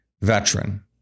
veteran